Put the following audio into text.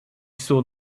saw